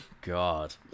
God